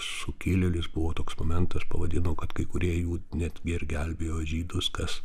sukilėlis buvo toks momentas pavadino kad kai kurie jų net ir gelbėjo žydus kas